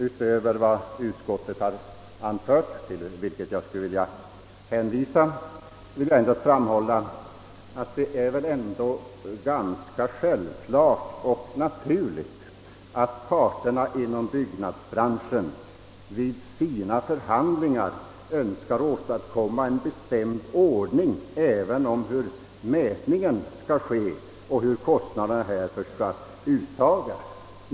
Utöver vad utskottet har anfört, vilket jag hänvisar till, vill jag endast framhålla att det ändå är ganska naturligt att parterna inom byggnadsbranschen i sina förhandlingar önskar åstadkomma en bestämd ordning beträffande mätningsförfarandet och uttagandet av kostnaderna härför.